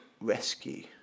rescue